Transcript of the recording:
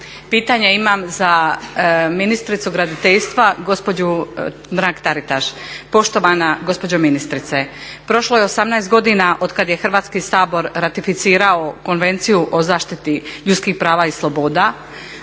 Pitanje imam za ministricu graditeljstva gospođu Mrak Taritaš. Poštovana gospođo ministrice prošlo je 18 godina otkad je Hrvatski sabor ratificirao Konvenciju o zaštiti ljudskih prava i sloboda,